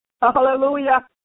Hallelujah